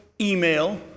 email